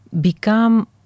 become